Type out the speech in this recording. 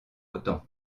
autant